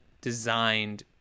designed